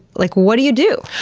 like what do you do?